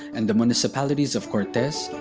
and the municipalities of cortes,